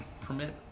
permit